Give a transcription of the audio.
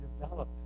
develop